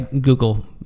Google